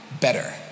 better